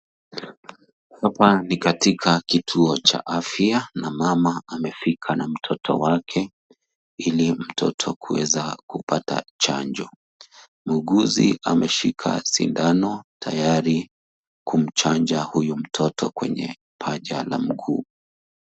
Hapa ni katika kituo cha afya na mama amefika na mtoto wake ili mtoto kuweza kupata chanjo. Muuguzi ameshika sindano tayari kumchanja huyo mtoto kwenye paja la mguu.